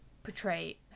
Portray